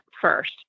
first